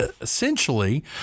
essentially